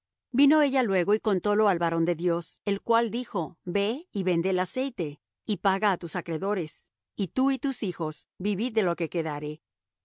vino ella luego y contólo al varón de dios el cual dijo ve y vende el aceite y paga á tus acreedores y tú y tus hijos vivid de lo que quedare